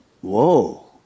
whoa